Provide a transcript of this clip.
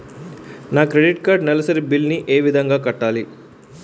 నా credit card నెలసరి bill ని ఏ విధంగా కట్టాలి?